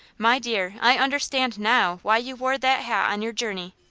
my dear, i understand now why you wore that hat on your journey.